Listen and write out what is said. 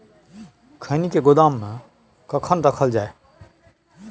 खैनी के गोदाम में कखन रखल जाय?